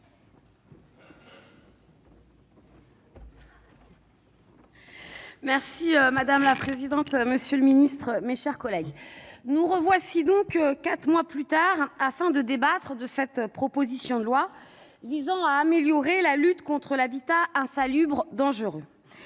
Madame la présidente, monsieur le ministre, mes chers collègues, nous revoici quatre mois plus tard afin de débattre de cette proposition de loi visant à améliorer la lutte contre l'habitat insalubre ou dangereux.